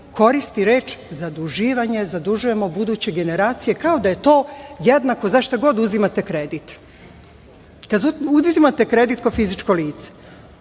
koristi reč „zaduživanje, zadužujemo buduće generacije“, kao da je to jednako za šta god uzimate kredit. Kada uzimate kredit kao fizičko lice,